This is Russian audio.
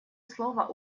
слово